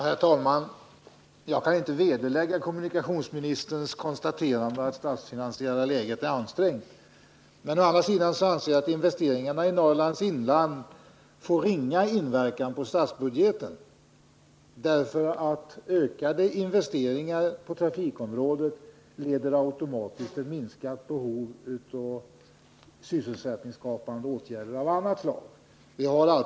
Herr talman! Jag kan inte vederlägga kommunikationsministerns konstaterande att det statsfinansiella läget är ansträngt. Men å andra sidan anser jag att investeringarna i Norrlands inland ger ringa inverkan på statsbudgeten. Ökade investeringar på trafikområdet leder nämligen automatiskt till minskat behov av sysselsättningsskapande åtgärder av annat slag.